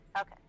okay